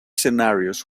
scenarios